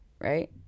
right